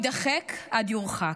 יידחק עד יורחק.